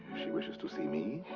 she wishes to see me?